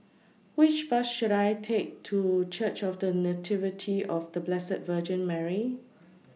Which Bus should I Take to Church of The Nativity of The Blessed Virgin Mary